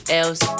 else